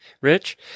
Rich